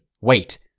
Wait